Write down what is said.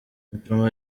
muchoma